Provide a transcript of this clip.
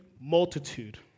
multitude